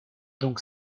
donc